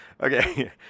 Okay